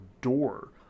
door